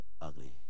ugly